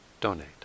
donate